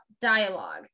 dialogue